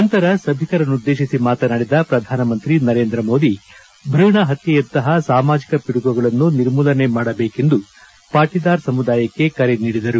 ನಂತರ ಸಭಿಕರನ್ನುದ್ದೇಶಿಸಿ ಮಾತನಾಡಿದ ಪ್ರಧಾನಮಂತ್ರಿ ನರೇಂದ್ರ ಮೋದಿ ಭ್ರೂಣಹತ್ತೆಯಂತಹ ಸಾಮಾಜಿಕ ಪಿಡುಗುಗಳನ್ನು ನಿರ್ಮೂಲನೆ ಮಾಡಬೇಕೆಂದು ಪಾಟದಾರ್ ಸಮುದಾಯಕ್ಕೆ ಕರೆ ನೀಡಿದರು